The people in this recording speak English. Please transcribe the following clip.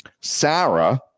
Sarah